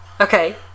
Okay